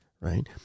right